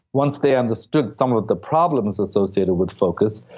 once they understood some of the problems associated with focus.